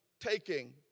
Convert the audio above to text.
taking